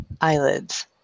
eyelids